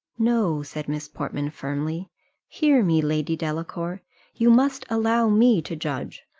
no, said miss portman, firmly hear me, lady delacour you must allow me to judge,